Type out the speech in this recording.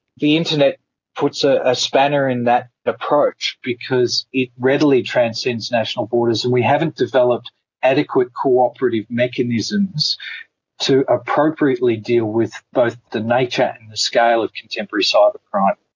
the internet puts ah a spanner in that approach because it readily transcends national borders and we haven't developed adequate cooperative mechanisms to appropriately deal with both the nature and the scale of contemporary cybercrime.